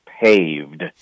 paved